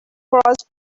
crossed